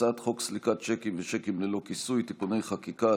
הצעת חוק סליקת שיקים ושיקים ללא כיסוי (תיקוני חקיקה),